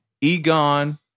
Egon